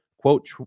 quote